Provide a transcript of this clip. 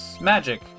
magic